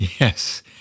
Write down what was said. Yes